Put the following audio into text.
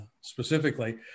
specifically